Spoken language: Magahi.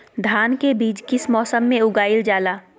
धान के बीज किस मौसम में उगाईल जाला?